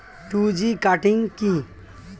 Two G cutting কি?